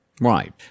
Right